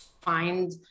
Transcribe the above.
find